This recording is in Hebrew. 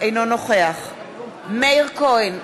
אינו נוכח מאיר כהן,